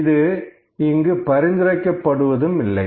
இது இங்கு பரிந்துரைக்கப்படுவதும் இல்லை